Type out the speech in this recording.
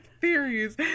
theories